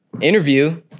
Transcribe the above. interview